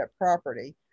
property